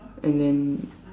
and then